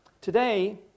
Today